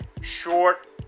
short